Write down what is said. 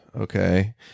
okay